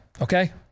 Okay